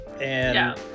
and-